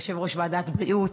יושב-ראש ועדת הבריאות,